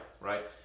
Right